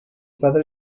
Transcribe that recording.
padre